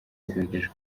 bwagaragaje